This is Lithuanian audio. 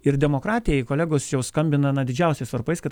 ir demokratijai kolegos jau skambina na didžiausiais varpais kad